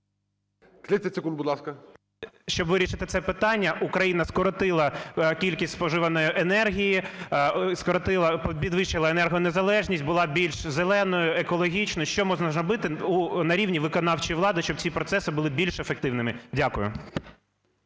щоб вирішити це питання. Україна скоротила кількість споживаної енергії, підвищила енергонезалежність, була більш "зеленою", екологічною. Що можна зробити на рівні виконавчої влади, щоб ці процеси були більш ефективними? Дякую.